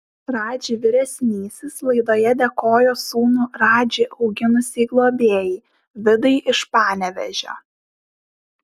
radži vyresnysis laidoje dėkojo sūnų radži auginusiai globėjai vidai iš panevėžio